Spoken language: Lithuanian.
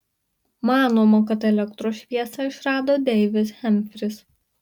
manoma kad elektros šviesą išrado deivis hemfris